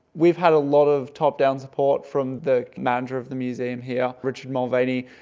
we've had a lot of top-down support from the manager of the museum here, richard mulvaney.